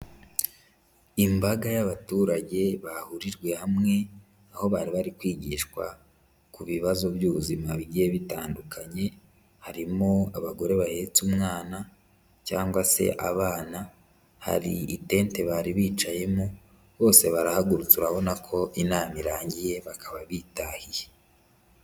Imbaga y'abaturage bahurijwe hamwe, aho bari bari kwigishwa ku bibazo by'ubuzima bigiye bitandukanye, harimo abagore bahetse umwana cyangwase abana, hari itente bari bicayemo, bose barahagurutse urabona ko inama irangiye bakaba bitahiye.